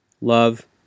Love